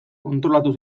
kontrolatu